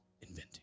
inventing